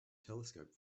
telescope